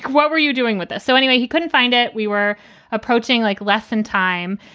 what were you doing with it? so anyway, he couldn't find it. we were approaching like less than time.